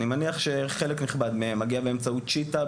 אני מניח שחלק נכבד מהן מגיע באמצעות צ'יטה,